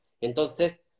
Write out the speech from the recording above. Entonces